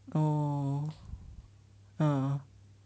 哦 uh uh